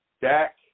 Dak